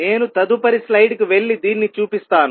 నేను తదుపరి స్లైడ్కు వెళ్లి దీన్ని చూపిస్తాను